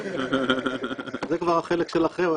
זה כבר החלק שלכם,